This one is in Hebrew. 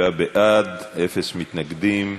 37 בעד, אפס מתנגדים.